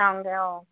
যামগৈ অঁ